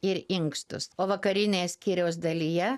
ir inkstus o vakarinėje skyriaus dalyje